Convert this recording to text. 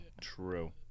true